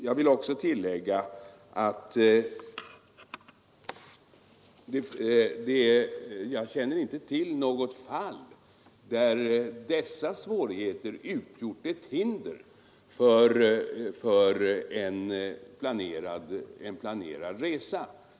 Jag vill också tillägga att jag känner inte till något fall där dessa svårigheter utgjort ett hinder för en planerad resa.